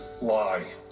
lie